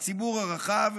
הציבור הרחב,